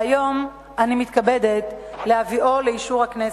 והיום אני מתכבדת להביאו לאישור הכנסת.